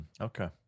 Okay